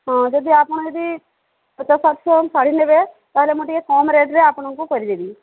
ହଁ ଯଦି ଆପଣ ଯଦି ପଚାଶ ସାତଶହ ଶାଢ଼ୀ ନେବେ ତା'ହେଲେ ମୁଁ ଟିକେ କମ୍ ରେଟ୍ରେ ଆପଣଙ୍କୁ କରିଦେବି